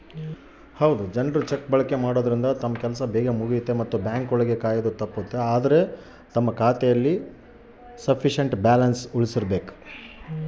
ಜನ್ರು ಚೆಕ್ ಬಳಕೆ ಮಾಡೋದ್ರಿಂದ ತಮ್ ಕೆಲ್ಸ ಬೇಗ್ ಮುಗಿಯುತ್ತೆ ಮತ್ತೆ ಬ್ಯಾಂಕ್ ಒಳಗ ಕಾಯೋದು ತಪ್ಪುತ್ತೆ